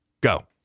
Go